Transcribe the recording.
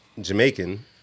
Jamaican